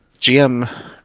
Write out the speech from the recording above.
GM